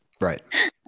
Right